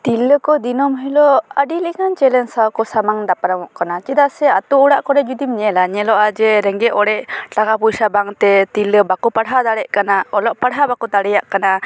ᱛᱤᱨᱞᱟᱹ ᱠᱚ ᱫᱤᱱᱟᱹᱢ ᱦᱤᱞᱳᱜ ᱟᱹᱰᱤ ᱞᱮᱠᱟᱱ ᱪᱮᱞᱮᱡᱽ ᱥᱟᱶᱠᱚ ᱥᱟᱢᱟᱝ ᱫᱟᱯᱨᱟᱢᱚᱜ ᱠᱟᱱᱟ ᱪᱮᱫᱟᱜ ᱥᱮ ᱟᱛᱳ ᱚᱲᱟᱜ ᱠᱚᱨᱮᱢ ᱧᱮᱞᱟ ᱧᱮᱞᱚᱜᱼᱟ ᱡᱮ ᱨᱮᱸᱜᱮᱡ ᱚᱨᱮᱡ ᱴᱟᱠᱟ ᱯᱚᱭᱥᱟ ᱵᱟᱝ ᱛᱮ ᱛᱤᱨᱞᱟᱹ ᱵᱟᱠᱚ ᱯᱟᱲᱦᱟᱣ ᱫᱟᱲᱮᱭᱟᱜ ᱠᱟᱱᱟ ᱚᱞᱚᱜ ᱯᱟᱲᱦᱟᱜ ᱵᱟᱠᱚ ᱫᱟᱲᱮᱭᱟᱜ ᱠᱟᱱᱟ